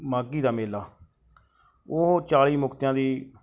ਮਾਘੀ ਦਾ ਮੇਲਾ ਉਹ ਚਾਲ੍ਹੀ ਮੁਕਤਿਆਂ ਦੀ